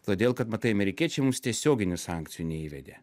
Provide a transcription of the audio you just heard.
todėl kad matai amerikiečiai mums tiesioginių sankcijų neįvedė